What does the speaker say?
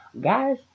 Guys